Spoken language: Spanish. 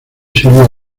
sylvia